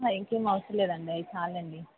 అహ ఇంకేం అవసరం లేదు అండి అవి చాలండి